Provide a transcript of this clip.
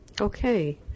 Okay